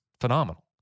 phenomenal